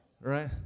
Right